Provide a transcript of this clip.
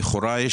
לכאורה,